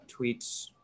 tweets